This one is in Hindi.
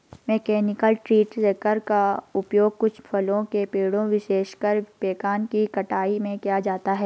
मैकेनिकल ट्री शेकर का उपयोग कुछ फलों के पेड़ों, विशेषकर पेकान की कटाई में किया जाता है